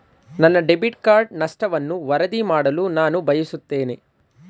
ನನ್ನ debit card ನಷ್ಟವನ್ನು ವರದಿ ಮಾಡಲು ನಾನು ಬಯಸುತ್ತೇನೆ